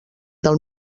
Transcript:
del